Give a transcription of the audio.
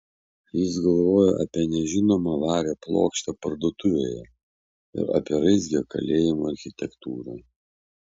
jis galvojo apie nežinomą vario plokštę parduotuvėje ir apie raizgią kalėjimo architektūrą